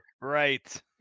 Right